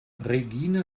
regine